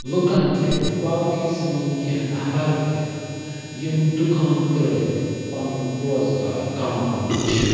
لُکَن تہِ باقٕے سٲنۍ کیٚنٛہہ نَفر تہِ یِم دُکان ترٛٲوِتھ پَنُن روزگار کَماوان چھِ